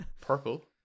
purple